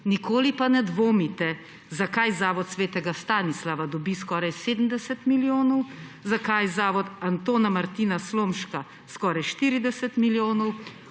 Nikoli pa ne dvomite, zakaj Zavod sv. Stanislava dobi skoraj 70 milijonov, zakaj Zavod Antona Martina Slomška skoraj 40 milijonov,